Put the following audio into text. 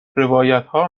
روایتها